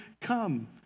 come